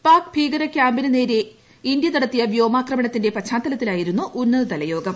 പാക് ഭീകര കൃാമ്പിന് നേരെ ഇന്തൃ നടത്തിയ വ്യോമാക്രമണത്തിന്റെ പശ്ചാത്തലത്തിലായിരുന്നു ഉന്നതതലയോഗം